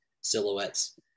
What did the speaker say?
silhouettes